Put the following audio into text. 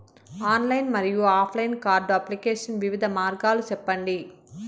Online మరియు offline card application వివిధ మార్గాలు సెప్పండి?